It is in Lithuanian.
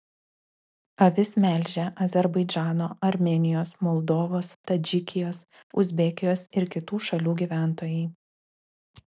avis melžia azerbaidžano armėnijos moldovos tadžikijos uzbekijos ir kitų šalių gyventojai